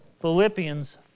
Philippians